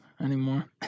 anymore